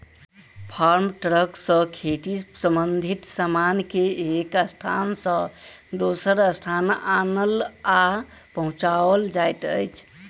farm truck सॅ खेती संबंधित सामान के एक स्थान सॅ दोसर स्थान आनल आ पहुँचाओल जाइत अछि